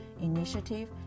initiative